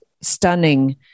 stunning